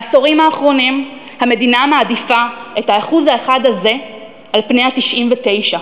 בעשורים האחרונים המדינה מעדיפה את האחוז האחד הזה על פני ה-99,